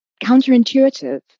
counterintuitive